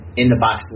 in-the-box